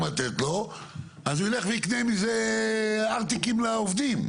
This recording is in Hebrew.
לתת לו אז הוא ילך ויקנה מזה ארטיקים לעובדים?